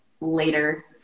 later